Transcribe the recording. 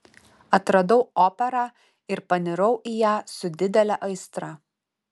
atradau operą ir panirau į ją su didele aistra